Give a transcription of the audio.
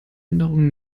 änderungen